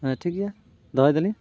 ᱦᱮᱸ ᱴᱷᱤᱠ ᱜᱮᱭᱟ ᱫᱚᱦᱚᱭ ᱫᱟᱞᱤᱝ